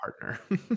partner